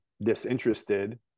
disinterested